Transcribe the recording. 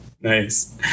Nice